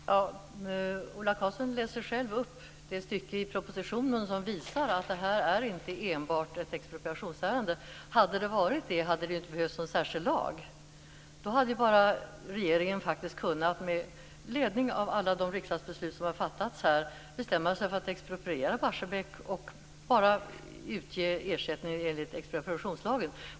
Herr talman! Ola Karlsson läste själv upp det stycke i propositionen som visar att det här inte enbart är ett expropriationsärende. Hade det varit det, hade det ju inte behövts någon särskild lag. Då hade ju regeringen, med ledning av alla de riksdagsbeslut som har fattats, kunnat bestämma sig för att expropriera Barsebäck och bara utge ersättning enligt expropriationslagen.